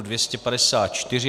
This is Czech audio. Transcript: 254.